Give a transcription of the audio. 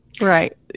Right